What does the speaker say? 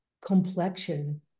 complexion